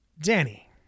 danny